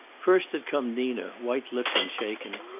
first had come nina, white-lipped and shaken,